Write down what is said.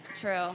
True